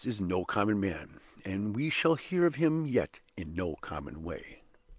this is no common man and we shall hear of him yet in no common way.